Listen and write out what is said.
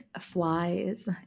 flies